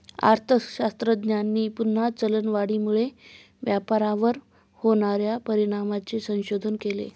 अर्थशास्त्रज्ञांनी पुन्हा चलनवाढीमुळे व्यापारावर होणार्या परिणामांचे संशोधन केले